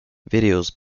videos